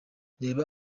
reba